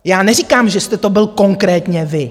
Já neříkám, že jste to byl konkrétně vy.